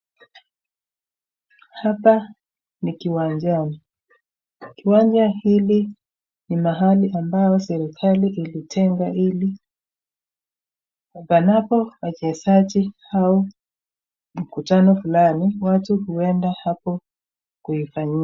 Hapa ni kiwanjani. Kiwanja hili ni mahali ambao serekali ilitenga ili panapo wachezaji au mkutano fulani, watu huenda kuifanyia.